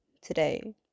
today